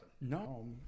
No